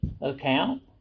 account